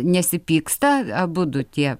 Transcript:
nesipyksta abudu tie